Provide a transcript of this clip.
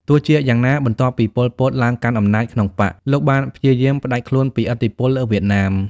ទោះជាយ៉ាងណា បន្ទាប់ពី ប៉ុល ពត ឡើងកាន់អំណាចក្នុងបក្ស លោកបានព្យាយាមផ្ដាច់ខ្លួនពីឥទ្ធិពលវៀតណាម។